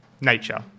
nature